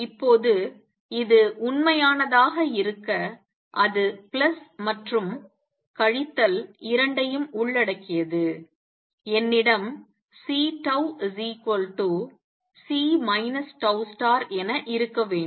இப்போது இது உண்மையானதாக இருக்க அது பிளஸ் மற்றும் கழித்தல் இரண்டையும் உள்ளடக்கியது என்னிடம் C C τ என இருக்க வேண்டும்